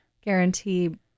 Guarantee